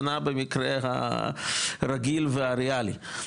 שנה במקרה הרגיל והריאלי.